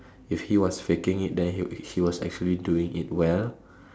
if he was faking it then he he was actually doing it well